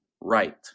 right